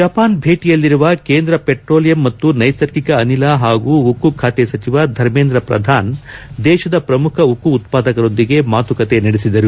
Japan ಭೇಟಿಯಲ್ಲಿರುವ ಕೇಂದ್ರ petroleum ಮತ್ತು ನೈಸರ್ಗಿಕ ಅನಿಲ ಹಾಗೂ ಉಕ್ಕು ಖಾತೆ ಸಚಿವ ಧರ್ಮೇಂದ್ರ ಪ್ರಧಾನ್ ದೇಶದ ಪ್ರಮುಖ ಉಕ್ಕು ಉತ್ಪಾದಕರೊಂದಿಗೆ ಮಾತುಕತೆ ನಡೆಸಿದರು